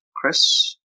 Chris